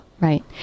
right